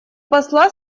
посла